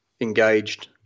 engaged